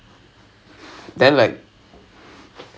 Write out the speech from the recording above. don't worry once the date வந்தோடனே:vanthodane I'll send you